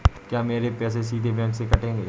क्या मेरे पैसे सीधे बैंक से कटेंगे?